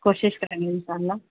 کوشش کریں گے ان شاء اللہ